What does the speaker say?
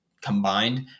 combined